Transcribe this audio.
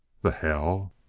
the hell!